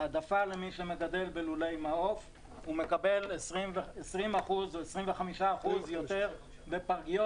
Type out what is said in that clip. העדפה למי שמגדל בלולי מעוף ומקבל 20% או 25% יותר בפרגיות,